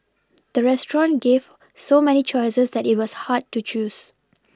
the restaurant gave so many choices that it was hard to choose